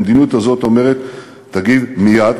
המדיניות הזאת אומרת: תגיב מייד,